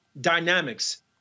dynamics